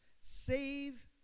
Save